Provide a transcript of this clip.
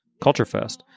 culturefest